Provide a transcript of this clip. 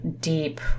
deep